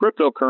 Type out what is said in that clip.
cryptocurrency